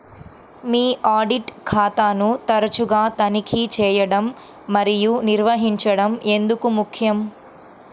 మీ audit ఖాతాను తరచుగా తనిఖీ చేయడం మరియు నిర్వహించడం ఎందుకు ముఖ్యం?